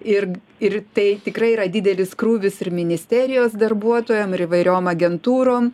ir ir tai tikrai yra didelis krūvis ir ministerijos darbuotojam ir įvairiom agentūrom